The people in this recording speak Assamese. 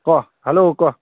কোৱা হেল্ল' কোৱা